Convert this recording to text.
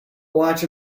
watch